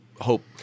Hope